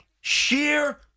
sheer